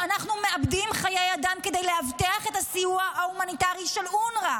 שאנחנו מאבדים חיי אדם כדי לאבטח את הסיוע ההומניטרי של אונר"א,